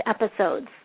episodes